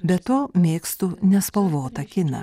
be to mėgstu nespalvotą kiną